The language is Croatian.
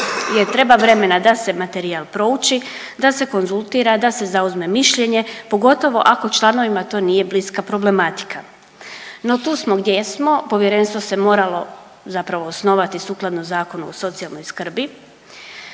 treba vremena da se materijal prouči, da se konzultira, da se zauzme mišljenje, pogotovo ako članovima to nije bliska problematika. No tu smo gdje smo, Povjerenstvo se moralo zapravo osnovati sukladno Zakonu o socijalnoj skrbi